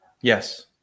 Yes